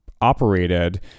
operated